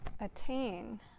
attain